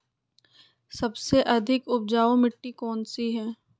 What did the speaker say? सबसे अधिक उपजाऊ मिट्टी कौन सी हैं?